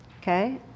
Okay